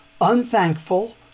unthankful